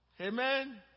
Amen